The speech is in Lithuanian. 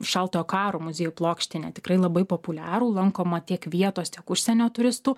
šaltojo karo muziejų plokštinį tikrai labai populiarų lankomą tiek vietos tiek užsienio turistų